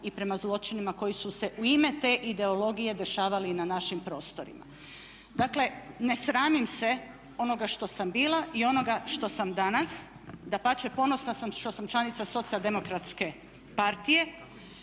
i prema zločinima koji su se u ime te ideologije dešavali i na našim prostorima. Dakle, ne sramim se onoga što sam bila i onoga što sam danas, dapače ponosna sam što sam članica Socijaldemokratske partije.